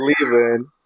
leaving